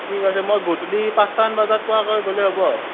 ঠিক আছে মই গধূলি পাঁচটামান বজাত পোৱাকৈ গ'লে হ'ব